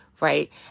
right